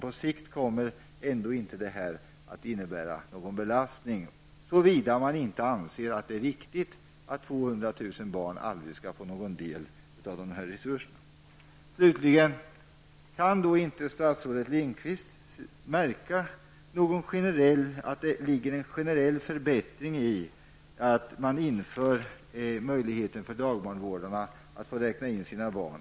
På sikt kommer ändå inte detta att innebära någon belastning, så vida man inte anser att det är viktigt att 200 000 barn skall få någon del av dessa resurser. Slutligen: Kan då inte statsrådet Lindqvist se att det ligger någon generell förbättring i att införa möjlighet för dagbarnvårdare att få räkna in sina egna barn?